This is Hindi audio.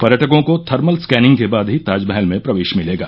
पर्यटकों को थर्मल स्कैनिंग के बाद ही ताजमहल में प्रवेश मिलेगा